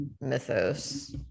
mythos